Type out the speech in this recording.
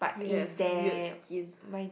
we have weird skin